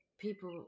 people